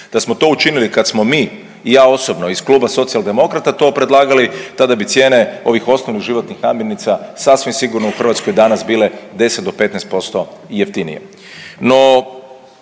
Da smo to učinili kad smo mi i ja osobno iz kluba Socijaldemokrata to predlagali tada bi cijene ovih osnovnih životnih namirnica sasvim sigurno u Hrvatskoj bile 10 do 15% jeftinije.